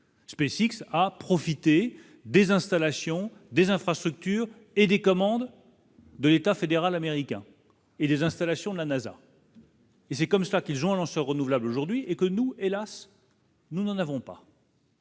SpaceX à profiter des installations, des infrastructures et des commandes de l'État fédéral américain et des installations de la Nasa. Et c'est comme ça qu'ils ont lance renouvelables aujourd'hui et que nous, hélas, nous n'en avons pas.